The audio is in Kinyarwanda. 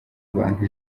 abantu